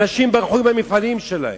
אנשים ברחו מהמפעלים שלהם.